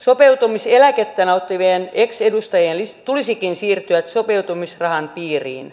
sopeutumiseläkettä nauttivien ex edustajien tulisikin siirtyä sopeutumisrahan piiriin